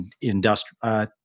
industrial